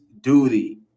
duty